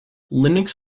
linux